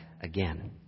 again